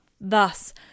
Thus